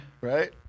Right